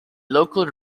local